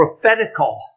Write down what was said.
prophetical